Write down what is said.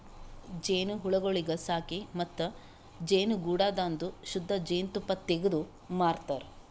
ಜೇನುಹುಳಗೊಳಿಗ್ ಸಾಕಿ ಮತ್ತ ಜೇನುಗೂಡದಾಂದು ಶುದ್ಧ ಜೇನ್ ತುಪ್ಪ ತೆಗ್ದು ಮಾರತಾರ್